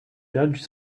judge